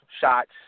shots